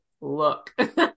look